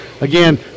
again